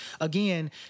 again